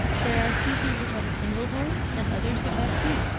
there are species which have a single horn, and others which have two.